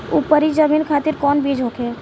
उपरी जमीन खातिर कौन बीज होखे?